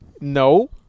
No